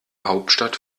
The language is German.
hauptstadt